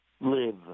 live